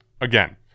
Again